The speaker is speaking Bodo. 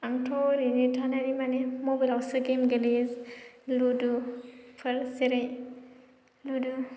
आंथ' ओरैनो थानाय माने मबाइलआवसो गेम गेलेयो लुदुफोर जेरै लुदु